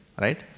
right